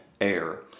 air